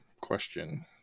question